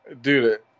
Dude